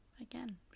again